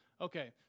Okay